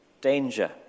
danger